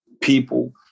people